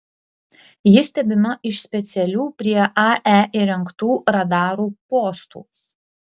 ji stebima iš specialių prie ae įrengtų radarų postų